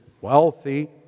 wealthy